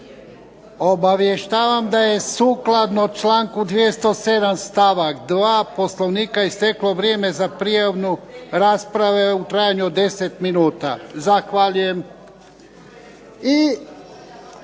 Obavještavam da je sukladno članku 207. stavak 2. Poslovnika isteklo vrijeme za prijavu rasprave u trajanju od 10 minuta. Zahvaljujem.